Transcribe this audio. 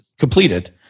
completed